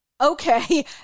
okay